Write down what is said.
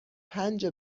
پنج